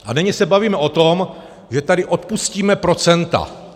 A nyní se bavíme o tom, že tady odpustíme procenta.